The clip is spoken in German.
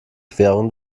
querung